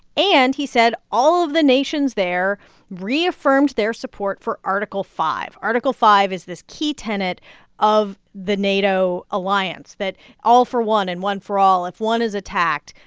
and, he said, all of the nations there reaffirmed their support for article five. article five is this key tenet of the nato alliance that all for one, and one for all. if one is attacked,